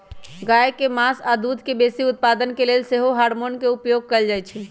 गाय के मास आऽ दूध के बेशी उत्पादन के लेल सेहो हार्मोन के उपयोग कएल जाइ छइ